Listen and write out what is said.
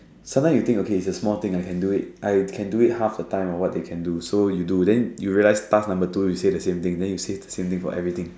sometime you think okay it's a small thing I can do it I can do it half the time of what they can do so you do then you realize task number two you say the same thing then you say the same thing for everything